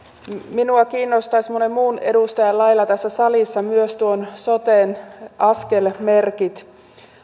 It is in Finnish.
minua kiinnostaisivat monen muun edustajan lailla tässä salissa soten askelmerkit